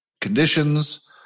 conditions